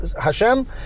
Hashem